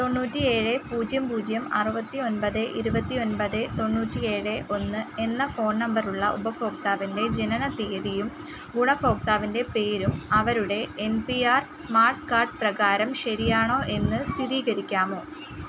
തൊണ്ണൂറ്റേഴ് പൂജ്യം പൂജ്യം അറുപത്തി ഒൻപത് ഇരുപത്തി ഒൻപത് തൊണ്ണൂറ്റി ഏഴ് ഒന്ന് എന്ന ഫോൺ നമ്പറുള്ള ഉപഭോക്താവിൻ്റെ ജനന തിയതിയും ഗുണഭോക്താവിൻ്റെ പേരും അവരുടെ N P R smart card പ്രകാരം ശരിയാണോ എന്ന് സ്ഥിരീകരിക്കാമോ